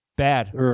Bad